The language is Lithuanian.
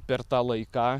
per tą laiką